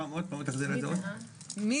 אני גם מסביר שלא הקראנו את תיקון סעיף 32. זה